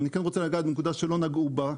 אני כן רוצה לגעת בנקודה שלא נגעו בה,